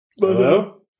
Hello